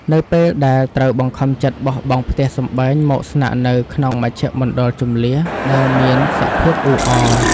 នៅពេលដែលត្រូវបង្ខំចិត្តបោះបង់ផ្ទះសម្បែងមកស្នាក់នៅក្នុងមជ្ឈមណ្ឌលជម្លៀសដែលមានសភាពអ៊ូអរ។